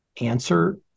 answer